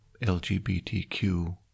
LGBTQ